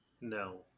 No